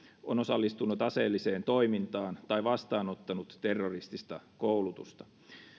on osallistunut aseelliseen toimintaan tai vastaanottanut terroristista koulutusta